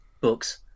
books